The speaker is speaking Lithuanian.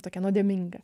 tokia nuodėminga